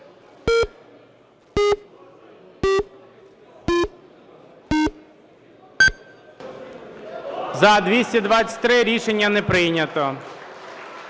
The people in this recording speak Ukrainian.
За-223 Рішення не прийнято.